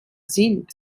sind